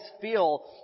feel